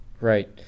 Right